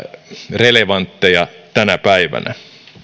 relevantteja tänä päivänä